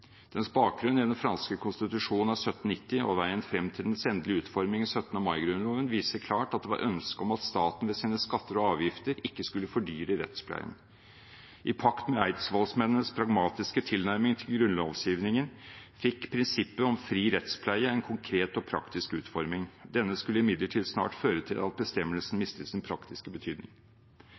Dens bakgrunn i den franske konstitusjon av 1790 og veien frem til dens endelige utforming i 17. mai-grunnloven viser klart at det var ønske om at staten ved sine skatter og avgifter ikke skulle fordyre rettspleien. I pakt med eidsvollsmennenes pragmatiske tilnærming til grunnlovgivningen fikk prinsippet om fri rettspleie en konkret og praktisk utforming. Denne skulle imidlertid snart føre til at bestemmelsen mistet sin praktiske betydning.